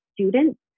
students